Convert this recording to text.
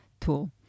tool